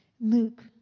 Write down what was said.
Luke